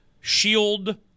shield